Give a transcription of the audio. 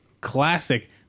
classic